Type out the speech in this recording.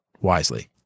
wisely